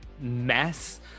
mess